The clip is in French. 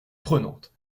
prenante